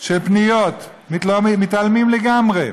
של פניות, מתעלמים לגמרי.